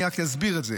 אני רק אסביר את זה.